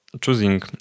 choosing